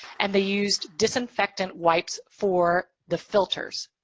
and they used disinfectant wipes for the filters.